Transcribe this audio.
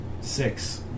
Six